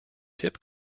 tip